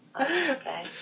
Okay